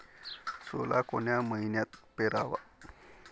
सोला कोन्या मइन्यात पेराव?